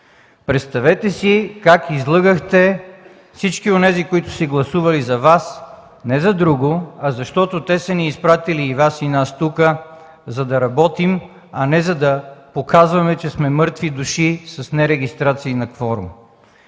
Представете си как излъгахте всички онези, които са гласували за Вас – не за друго, а защото те са ни изпратили и Вас, и нас тук да работим, а не да показваме, че сме мъртви души с нерегистрации на кворум.